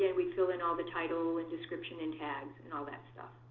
and we fill in all the title, and description, and tags, and all that stuff.